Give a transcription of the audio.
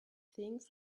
things